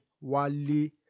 Wally